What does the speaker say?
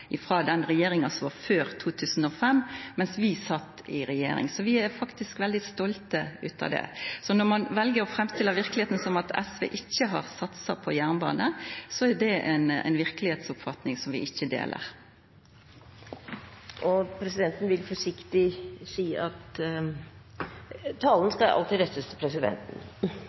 den regjeringa som var før 2005. Vi er faktisk veldig stolte av det. Når ein vel å framstilla verkelegheita som at SV ikkje har satsa på jernbane, er det ei verkelegheitsoppfatning vi ikkje deler. Presidenten vil forsiktig si at talen alltid skal rettes til presidenten.